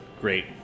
great